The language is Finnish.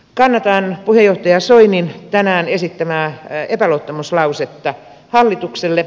kannatan puheenjohtaja soinin tänään esittämää epäluottamuslausetta hallitukselle